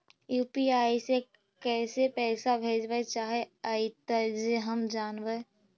UPI से कैसे पैसा भेजबय चाहें अइतय जे हम जानबय?